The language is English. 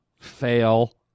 Fail